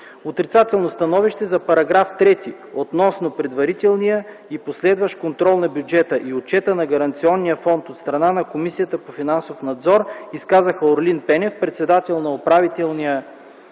Отрицателно становище за § 3 относно предварителния и последващ контрол на бюджета и отчета на Гаранционния фонд от страна на Комисията по финансов надзор изказаха господин Орлин Пенев – председател на Управителния